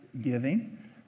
giving